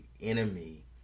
enemy